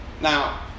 Now